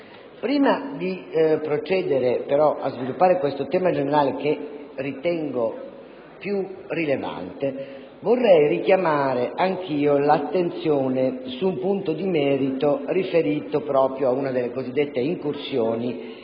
Prima di procedere a sviluppare questo tema generale che ritengo più rilevante, vorrei richiamare anche io l'attenzione sul punto di merito riferito proprio ad una delle cosiddette incursioni,